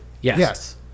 Yes